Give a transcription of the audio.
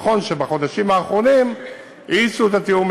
נכון שבחודשים האחרונים האיצו את התיאום,